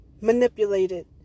manipulated